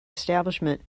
establishment